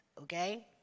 okay